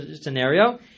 scenario